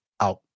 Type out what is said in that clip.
out